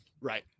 Right